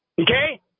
okay